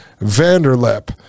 Vanderlip